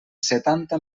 setanta